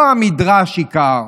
לא המדרש עיקר